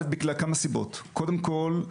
זה בגלל כמה סיבות: קודם כל,